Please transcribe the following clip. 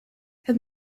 het